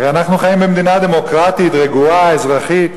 הרי אנחנו חיים במדינה דמוקרטית, רגועה, אזרחית,